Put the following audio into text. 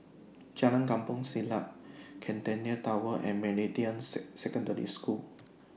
Jalan Kampong Siglap Centennial Tower and Meridian Secondary School